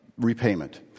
repayment